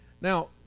Now